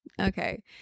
Okay